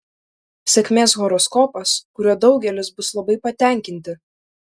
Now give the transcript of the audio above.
sėkmės horoskopas kuriuo daugelis bus labai patenkinti